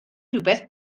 rhywbeth